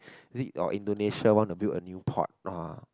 or Indonesia want to do a new port orh